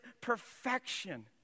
perfection